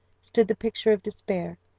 stood the picture of despair,